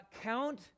Count